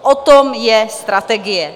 O tom je strategie.